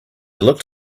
looked